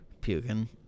Puking